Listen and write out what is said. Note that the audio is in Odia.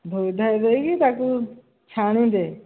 ଧୋଇ ଧାଇ ଦେଇକି ତାକୁ ଛାଣିଦେ